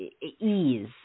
ease